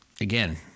Again